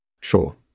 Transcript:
Sure